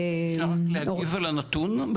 אפשר להגיב על הנתון?